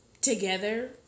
together